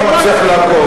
אני לא מצליח לעקוב.